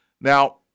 now